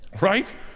right